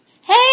Hey